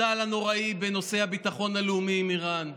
הנוראי בנושא הביטחון הלאומי עם איראן,